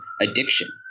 addiction